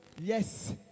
Yes